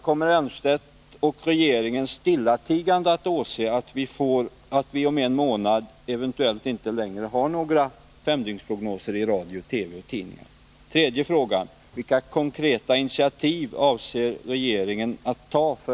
Kommer Claes Elmstedt och regeringen att stillatigande åse att vi om en månad eventuellt inte längre har några femdygnsprognoser i radio, TV och tidningar?